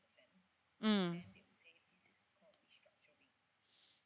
mm